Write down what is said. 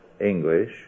English